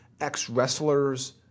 ex-wrestlers